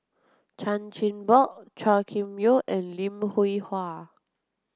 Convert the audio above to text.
Chan Chin Bock Chua Kim Yeow and Lim Hwee Hua